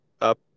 up